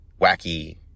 wacky